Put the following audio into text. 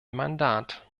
mandat